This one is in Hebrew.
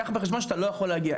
קח בחשבון שאתה לא יכול להגיע.